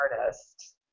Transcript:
artist